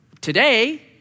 today